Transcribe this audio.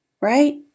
Right